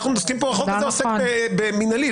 החוק הזה עוסק במינהלי.